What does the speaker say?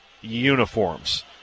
uniforms